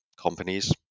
companies